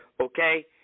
okay